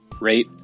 rate